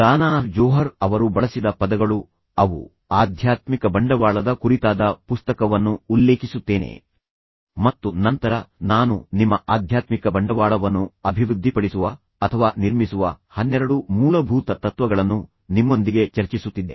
Danah Zohar ಅವರು ಬಳಸಿದ ಪದಗಳು ಅವು ಆಧ್ಯಾತ್ಮಿಕ ಬಂಡವಾಳದ ಕುರಿತಾದ ಅವರ ಪುಸ್ತಕವನ್ನು ಉಲ್ಲೇಖಿಸುತ್ತೇನೆ ಮತ್ತು ನಂತರ ನಾನು ನಿಮ್ಮ ಆಧ್ಯಾತ್ಮಿಕ ಬಂಡವಾಳವನ್ನು ಅಭಿವೃದ್ಧಿಪಡಿಸುವ ಅಥವಾ ನಿರ್ಮಿಸುವ ಹನ್ನೆರಡು ಮೂಲಭೂತ ತತ್ವಗಳನ್ನು ನಿಮ್ಮೊಂದಿಗೆ ಚರ್ಚಿಸುತ್ತಿದ್ದೆ